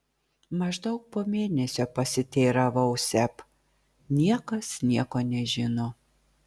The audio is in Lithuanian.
maždaug po mėnesio pasiteiravau seb niekas nieko nežino